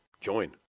Join